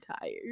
tired